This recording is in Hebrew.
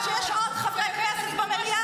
זה הפך להיות בלתי נסבל.